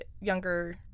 younger